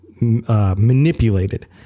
Manipulated